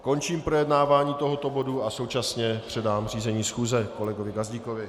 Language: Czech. Končím projednávání tohoto bodu a současně předám řízení schůze kolegovi Gazdíkovi.